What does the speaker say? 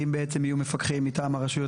למעשה הם יהיו מפקחים מטעם הרשויות